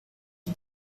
die